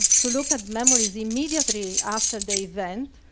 to look at memories immediately after the event,